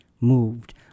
moved